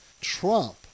Trump